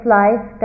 life